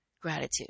gratitude